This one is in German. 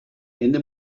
ende